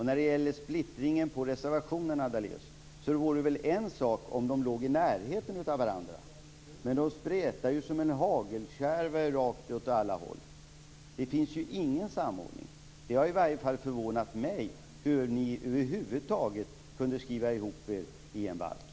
När det gäller splittringen av reservationerna, Daléus, vore det väl en sak om de låg i närheten av varandra. Men de spretar ju som en hagelkärve åt alla håll. Det finns ingen samordning. Det har åtminstone förvånat mig hur ni över huvud taget kunde skriva ihop er i en balk.